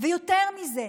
יותר מזה,